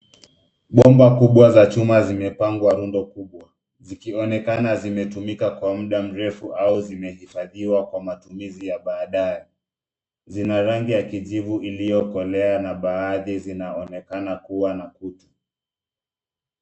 Nyumba kubwa za chuma zimepangwa kwa muundo mkubwa zikionekana zimetumika kwa muda mrefu au zimehifadhiwa kwa matumizi ya baadae zina rangi ya kijivu iliokolea na baadhi zinaonekana kua na kutu.